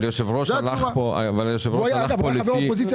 פעם הוא היה פה חבר אופוזיציה.